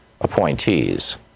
appointees